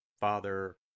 Father